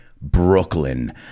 Brooklyn